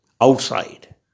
outside